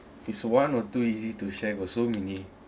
if it's one or two easy to share got so many